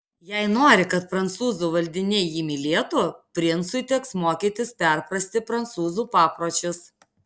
jei nori kad prancūzų valdiniai jį mylėtų princui teks mokytis perprasti prancūzų papročius